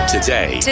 Today